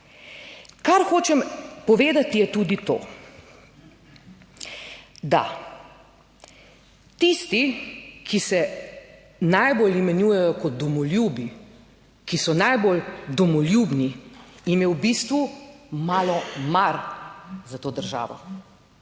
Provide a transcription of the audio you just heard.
Kar hočem povedati, je tudi to, da tisti, ki se najbolj imenujejo kot domoljubi, ki so najbolj domoljubni, jim je v bistvu malo mar za to državo.